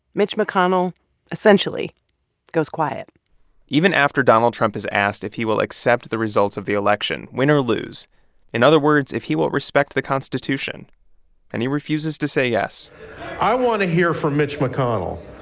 mitch mcconnell essentially goes quiet even after donald trump is asked if he will accept the results of the election, win or lose in other words, if he will respect the constitution and he refuses to say yes i want to hear from mitch mcconnell.